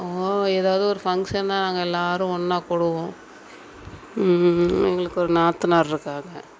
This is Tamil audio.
ஏதாவது ஒரு ஃபங்க்ஷன்னால் நாங்கள் எல்லோரும் ஒன்றா கூடுவோம் எங்களுக்கு ஒரு நாத்தனார் இருக்காங்க